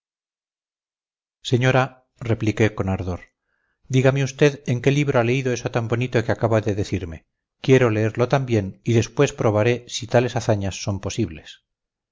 señora repliqué con ardor dígame usted en qué libro ha leído eso tan bonito que acaba de decirme quiero leerlo también y después probaré si tales hazañas son posibles